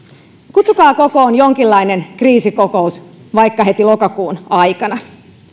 kutsukaa kokoon jonkinlainen kriisikokous vaikka heti lokakuun aikana